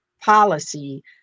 policy